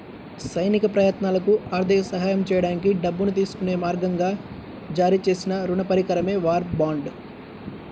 సైనిక ప్రయత్నాలకు ఆర్థిక సహాయం చేయడానికి డబ్బును తీసుకునే మార్గంగా జారీ చేసిన రుణ పరికరమే వార్ బాండ్